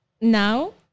now